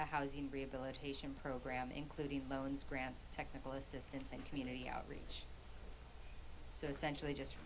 a housing rehabilitation program including loans grants technical assistance and community outreach so essentially just